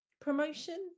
promotion